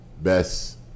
best